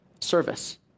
service